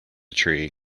tree